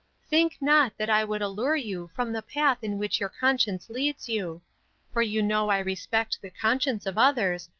think not that i would allure you from the path in which your conscience leads you for you know i respect the conscience of others,